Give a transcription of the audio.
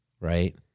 right